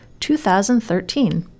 2013